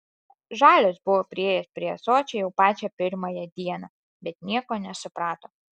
žalias buvo priėjęs prie ąsočio jau pačią pirmąją dieną bet nieko nesuprato